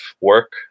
work